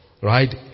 right